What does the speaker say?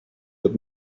had